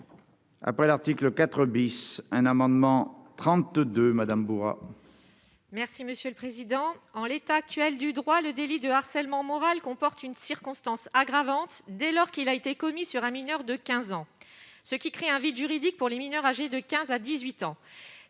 Après l'article 4 bis, un amendement 32 Madame bourra.